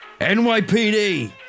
NYPD